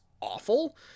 awful